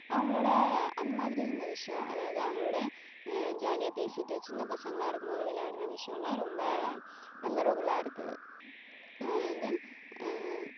அவங்களோடு அந்த மாதிரி இருந்த விஷயம் அதாவது அவங்களோடய ஜாலியாக பேசிட்டு சின்ன பசங்களாக இருக்கும் போது விளையாடுன விஷயோம்லாம் ரொம்ப மெமரபுலாக இருக்குது தென்